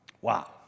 Wow